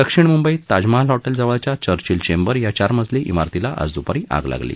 दक्षिण मुंबईत ताज महाल हॉटेलजवळच्या चर्चिल चेंबर या चार मजली इमारतीला आज दुपारी आग लागली